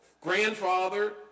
grandfather